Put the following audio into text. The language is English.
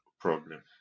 problem